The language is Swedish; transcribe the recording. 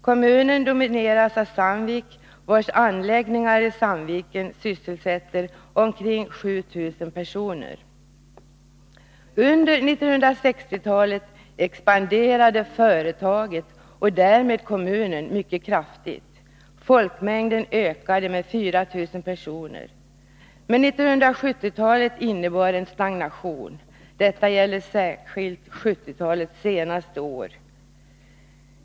Kommunen domineras av Sandvik, vars anläggningar i Sandviken sysselsätter omkring 7 000 personer. Under 1960-talet expanderade företaget, och därmed kommunen, mycket kraftigt. Folkmängden ökade med 4 000 personer. Men 1970-talet innebar en stagnation. Detta gäller särskilt 1970-talets senare år.